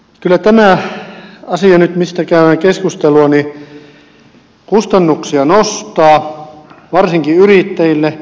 kyllä nyt tämä asia mistä käydään keskustelua kustannuksia nostaa varsinkin yrittäjille